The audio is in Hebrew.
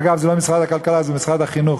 אגב, זה לא משרד הכלכלה, זה משרד החינוך.